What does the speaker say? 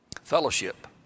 Fellowship